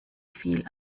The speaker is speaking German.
viel